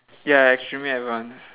ya extremely advance